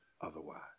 otherwise